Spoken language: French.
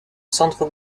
centre